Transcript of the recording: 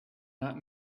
not